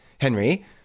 Henry